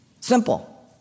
Simple